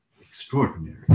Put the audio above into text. extraordinary